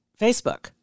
Facebook